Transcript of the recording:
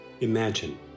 Imagine